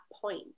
point